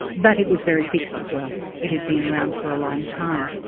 but it was very fixed as well it had been around for a long time.